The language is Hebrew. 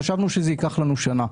חשבנו שזה ייקח לנו שנה,